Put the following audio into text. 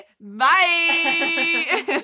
Bye